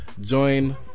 Join